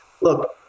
look